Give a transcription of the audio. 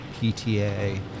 PTA